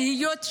להיות שווים.